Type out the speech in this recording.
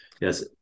yes